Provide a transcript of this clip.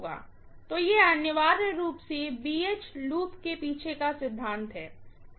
तो यह अनिवार्य रूप से BH लूप के पीछे सिद्धांत है